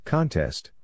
Contest